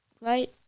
right